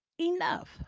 enough